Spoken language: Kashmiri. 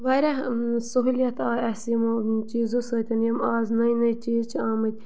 واریاہ سہوٗلیت آے اَسہِ یِمو چیٖزو سۭتۍ یِم آز نٔے نٔے چیٖز چھِ آمٕتۍ